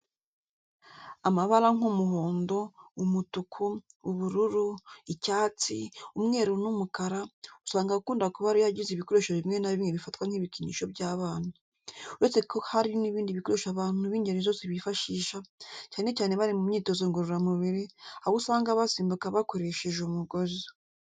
Amabara nk'umuhondo, umutuku, ubururu, icyatsi, umweru n'umukara, usanga akunda kuba ari yo agize ibikoresho bimwe na bimwe bifatwa nk'ibikinisho by'abana. Uretse kandi ko hari n'ibindi bikoresho abantu b'ingeri zose bifashisha ,cyane cyane bari mu myitozo ngororamubiri, aho usanga basimbuka bakoresheje umugozi.